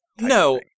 No